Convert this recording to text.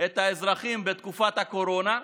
את האזרחים בתקופת הקורונה,